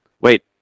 wait